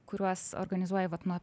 kuriuos organizuoja vat nuo